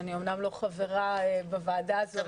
אני אומנם לא חברה בוועדה הזאת,